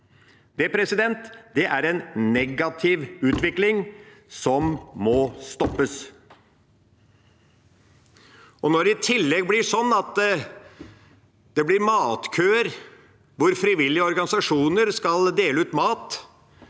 Det er en negativ utvikling som må stoppes. Når det i tillegg blir matkøer, hvor frivillige organisasjoner skal dele ut mat,